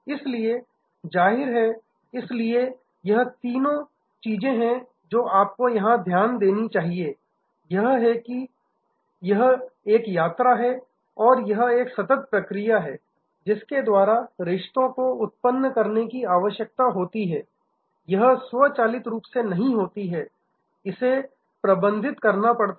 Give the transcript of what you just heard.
इसलिए जाहिर है इसलिए यह तीन चीजें जो आपको यहां ध्यान देनी चाहिए एक यह है कि यह एक यात्रा है और यह एक सतत प्रक्रिया है जिसके द्वारा रिश्तो को उन्नत करने की आवश्यकता है यह स्वचालित रूप से नहीं होता है इसे प्रबंधित करना पड़ता है